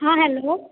हाँ हैलो